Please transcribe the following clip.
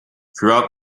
throughout